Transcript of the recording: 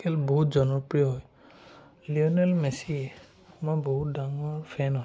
খেল বহুত জনপ্ৰিয় হয় লিঅ'নেল মেছিৰ মই বহুত ডাঙৰ ফেন হয়